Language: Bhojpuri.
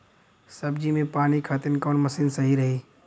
सब्जी में पानी खातिन कवन मशीन सही रही?